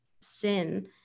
sin